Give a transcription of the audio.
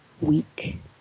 week